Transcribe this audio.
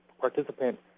participant